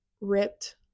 ripped